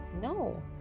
no